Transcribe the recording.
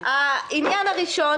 העניין הראשון,